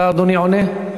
אתה, אדוני, עונה?